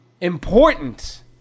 important